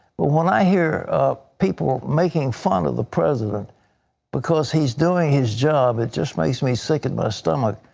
but when i hear people making fun of the president because he is doing his job, it just makes me sick in my stomach,